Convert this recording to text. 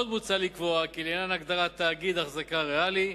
עוד מוצע לקבוע כי לעניין ההגדרה "תאגיד החזקה ריאלי"